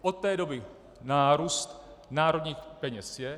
Od té doby nárůst národních peněz je.